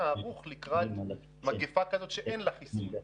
ערוך לקראת מגפה כזאת שאין לה חיסון.